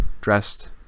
dressed